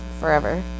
forever